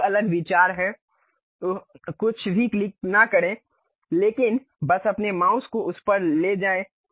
अलग अलग विचार हैं उह कुछ भी क्लिक न करें लेकिन बस अपने माउस को उस पर ले जाएं